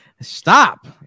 Stop